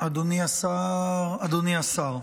אדוני השר,